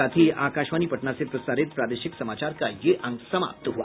इसके साथ ही आकाशवाणी पटना से प्रसारित प्रादेशिक समाचार का ये अंक समाप्त हुआ